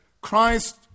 Christ